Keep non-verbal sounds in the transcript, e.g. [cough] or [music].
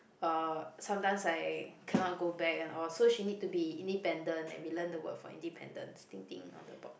uh sometimes I cannot go back and all so she need to be independent and we learn the word from independence [noise] on the board